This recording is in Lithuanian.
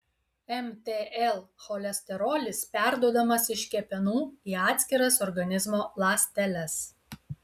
mtl cholesterolis perduodamas iš kepenų į atskiras organizmo ląsteles